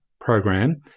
program